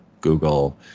Google